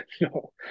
No